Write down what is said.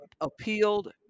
appealed